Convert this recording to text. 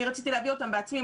אני רציתי להביא אותם בעצמי,